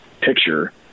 picture